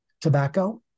tobacco